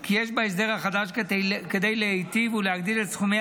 כי יש בהסדר החדש כדי להיטיב ולהגדיל את סכומי